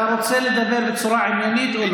דוד, אתה רוצה לדבר בצורה עניינית או לא?